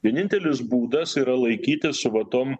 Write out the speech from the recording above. vienintelis būdas yra laikytis savo tom